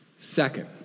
Second